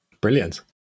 Brilliant